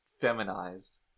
feminized